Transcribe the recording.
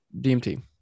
DMT